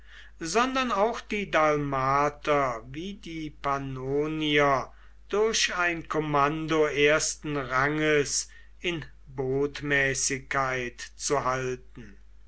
sondern auch die dalmater wie die pannonier durch ein kommando ersten ranges in botmäßigkeit zu halten